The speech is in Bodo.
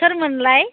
सोरमोनलाय